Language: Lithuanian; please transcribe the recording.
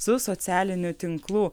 su socialinių tinklų